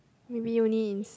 maybe only in